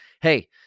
Hey